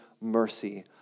mercy